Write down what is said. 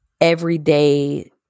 everyday